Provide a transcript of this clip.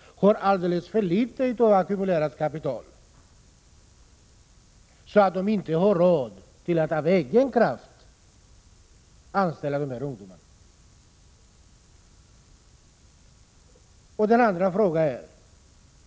och alldeles för litet av ackumulerat kapital, så att företagen inte har råd att av egen kraft anställa dessa ungdomar?